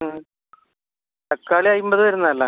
ഉം തക്കാളി അമ്പത് വരുന്നതല്ലേ